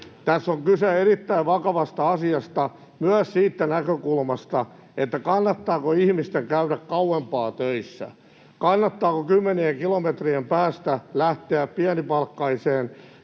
Tässä on kyse erittäin vakavasta asiasta myös siitä näkökulmasta, kannattaako ihmisten käydä kauempaa töissä — kannattaako kymmenien kilometrien päästä lähteä pienipalkkaiseen